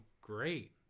great